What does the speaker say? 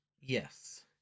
Yes